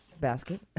basket